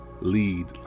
Lead